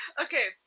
Okay